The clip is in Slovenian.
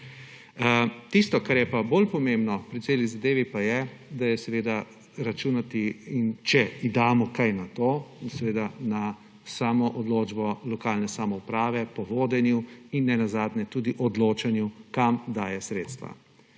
Tisto, kar je pa bolj pomembno pri celi zadevi, pa je, da je računati – in če damo kaj na to – na samoodločbo lokalne samouprave po vodenju in nenazadnje tudi odločanju, kam daje sredstva.